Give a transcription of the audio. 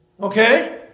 Okay